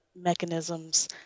mechanisms